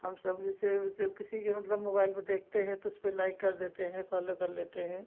हम सब जैसे ओइसे किसी के मतलब मोबाइल पर देखते हैं तो उस पर लाइक कर देते हैं फ़ालो कर लेते हैं